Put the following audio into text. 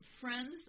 Friends